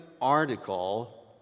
article